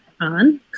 on